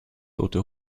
tote